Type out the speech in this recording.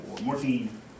Morphine